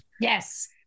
Yes